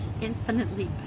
infinitely